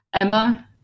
Emma